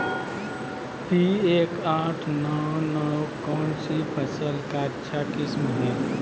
P एक आठ नौ नौ कौन सी फसल का अच्छा किस्म हैं?